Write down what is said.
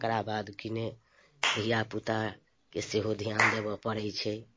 तकरा बाद कि ने धिआपुताके सेहो धिआन देबऽ पड़ै छै